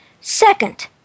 Second